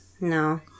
No